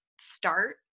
start